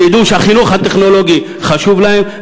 שידעו שהחינוך הטכנולוגי חשוב להם.